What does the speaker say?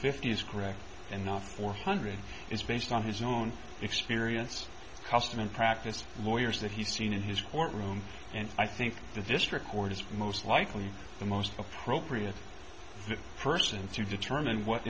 fifty is correct and not four hundred is based on his own experience custom and practice lawyers that he's seen in his courtroom and i think the district court is most likely the most appropriate person to determine what